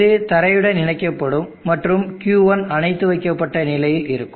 இது தரையுடன் இணைக்கப்படும் மற்றும் Q1 அணைத்து வைக்கப்பட்ட நிலையில் இருக்கும்